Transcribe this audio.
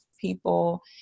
people